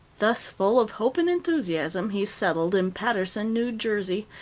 thus full of hope and enthusiasm he settled in paterson, new jersey,